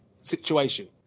situation